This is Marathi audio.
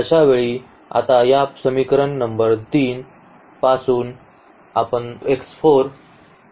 अशा वेळी आता या समीकरण नंबर 3 पासून आपण x 4 लिहू शकतो